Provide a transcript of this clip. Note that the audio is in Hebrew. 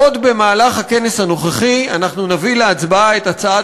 עוד בכנס הנוכחי אנחנו נביא להצבעה את הצעת